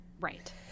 Right